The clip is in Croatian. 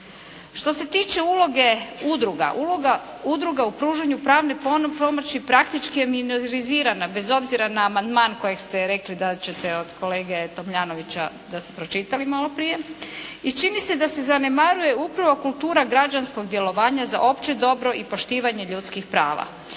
Što se tiče uloge udruga, uloga udruga u pružanju pravne pomoći praktični je minorizirana bez obzira na amandman koji ste rekli da ćete od kolege Tomljanovića da ste pročitali malo prije. I čini se da se zanemaruje upravo kultura građanskog djelovanja za opće dobro i poštivanje ljudskih prava.